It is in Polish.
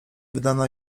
wydano